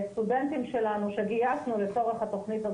סטודנטים בדואים למשפטים שגייסנו לצורך התוכנית,